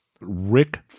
Rick